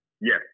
Yes